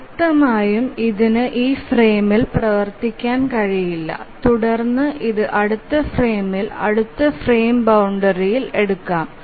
വ്യക്തമായും ഇതിന് ഈ ഫ്രെയിമിൽ പ്രവർത്തിക്കാൻ കഴിയില്ല തുടർന്ന് ഇത് അടുത്ത ഫ്രെയിമിൽ അടുത്ത ഫ്രെയിം ബൌണ്ടറിഇൽ എടുക്കാം